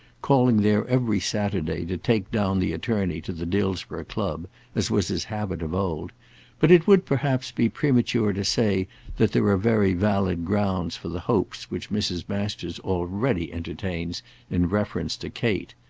calling there every saturday to take down the attorney to the dillsborough club as was his habit of old but it would perhaps be premature to say that there are very valid grounds for the hopes which mrs. masters already entertains in reference to kate.